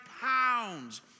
pounds